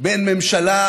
בין ממשלה,